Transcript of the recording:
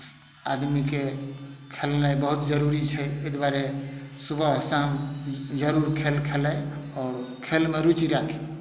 आदमीके खेलनाइ बहुत जरुरी छै अइ दुआरे सुबह शाम जरूर खेल खेलै आओर खेलमे रुचि राखी